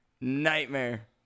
Nightmare